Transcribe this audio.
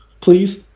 Please